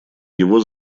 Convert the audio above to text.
его